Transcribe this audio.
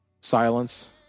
silence